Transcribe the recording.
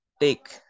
take